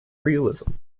realism